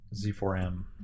Z4M